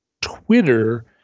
Twitter